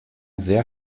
sehr